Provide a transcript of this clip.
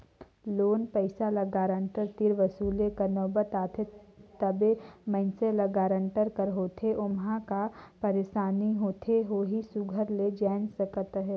loan पइसा ल guarantor तीर वसूले कर नउबत आथे तबे मइनसे ल गारंटर का होथे ओम्हां का पइरसानी होथे ओही सुग्घर ले जाएन सकत अहे